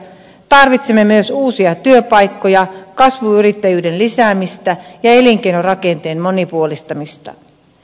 tarvitsemme myös uusia työpaikkoja kasvuyrittäjyyden lisäämistä ja elinkeinorakenteen monipuolistamista